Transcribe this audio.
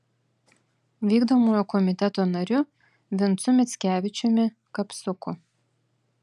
vykdomojo komiteto nariu vincu mickevičiumi kapsuku